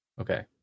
Okay